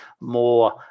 more